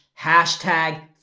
hashtag